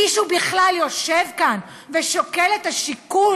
מישהו בכלל יושב כאן ושוקל את השיקול